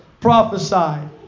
prophesied